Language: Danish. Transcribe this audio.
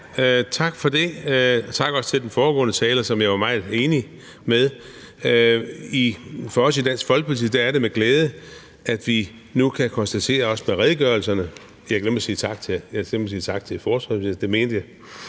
Tak for det. Også tak til den foregående taler, som jeg var meget enig med. For os i Dansk Folkeparti er det med glæde, at vi nu kan konstatere, også med redegørelserne – jeg glemte at sige tak til forsvarsministeren –